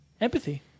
Empathy